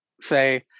say